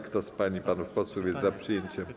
Kto z pań i panów posłów jest za przyjęciem.